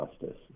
justice